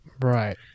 Right